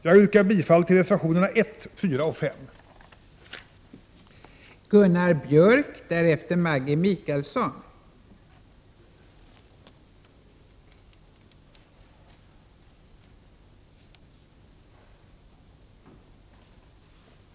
Jag yrkar bifall till reservationerna 1, 4 och 5.